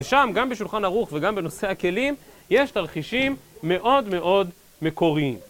שם גם בשולחן ארוך וגם בנושאי הכלים יש תרחישים מאוד מאוד מקוריים.